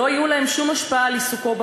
לא תהיה להם שום השפעה על עיסוקו בגז,